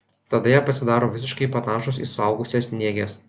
tada jie pasidaro visiškai panašūs į suaugusias nėges